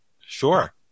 Sure